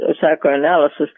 psychoanalysis